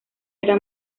era